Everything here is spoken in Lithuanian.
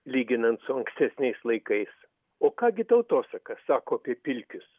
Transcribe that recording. lyginant su ankstesniais laikais o ką gi tautosaka sako apie pilkius